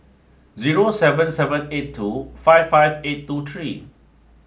zero seven seven eight two five five eight two three